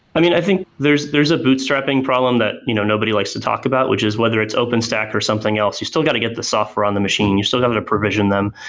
i mean, i think there's there's a bootstrapping problem that you know nobody likes to talk about, which is whether it's open stack or something else, you still got to get the software on the machine. you still got to provision them.